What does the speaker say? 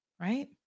right